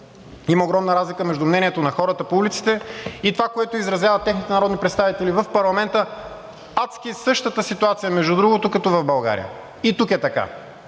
Има огромна разлика между мнението на хората по улиците и това, което изразяват техните народни представители в парламента. Адски същата ситуация, между другото, като в България – и тук е така,